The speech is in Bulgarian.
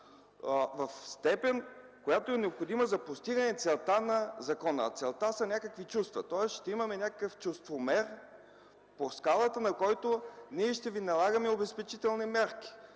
в степен която е необходима за постигане целта на закона, а целта са някакви чувства. Тоест ще имаме някакъв чувствомер по скалата, на който ние ще Ви налагаме обезпечителни мерки,